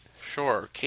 Sure